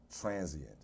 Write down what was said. transient